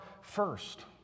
first